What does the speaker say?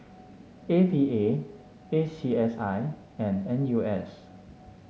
A V A A C S I and N U S